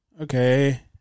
okay